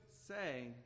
say